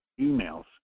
emails